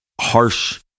harsh